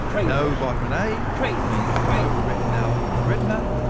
no vitamin a means no retinal in your retina,